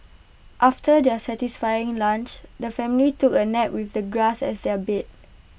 after their satisfying lunch the family took A nap with the grass as their bed